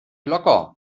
locker